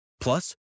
Plus